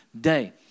day